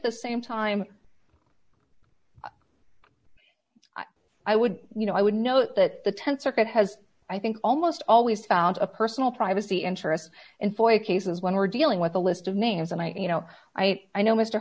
the same time i would you know i would note that the th circuit has i think almost always found a personal privacy interest in foil cases when we're dealing with a list of names and i you know i i know mr